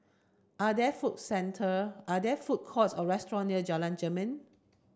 are there food centre are there food courts or restaurant near Jalan Jermin